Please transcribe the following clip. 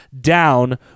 down